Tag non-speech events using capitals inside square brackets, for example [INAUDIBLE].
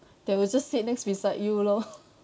they will just sit next beside you lor [BREATH]